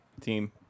Team